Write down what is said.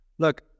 Look